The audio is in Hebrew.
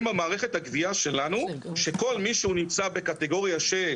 במערכת הגבייה שלנו שכל מי שהוא נמצא בקטגוריה של